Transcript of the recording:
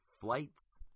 Flights